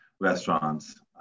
Restaurants